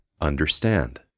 understand